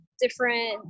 different